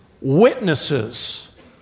witnesses